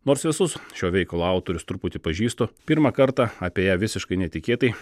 nors visus šio veikalo autorius truputį pažįstu pirmą kartą apie ją visiškai netikėtai